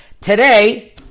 Today